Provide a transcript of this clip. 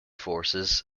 forces